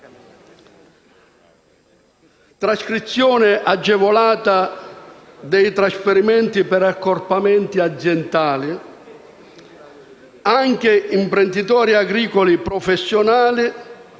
trascrizione agevolata dei trasferimenti per accorpamenti aziendali anche per imprenditori agricoli professionali,